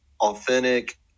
authentic